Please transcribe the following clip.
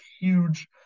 huge